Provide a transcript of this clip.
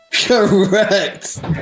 Correct